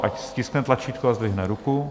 Ať stiskne tlačítko a zdvihne ruku.